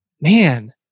man